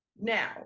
Now